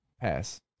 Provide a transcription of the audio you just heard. Pass